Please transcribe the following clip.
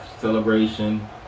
celebration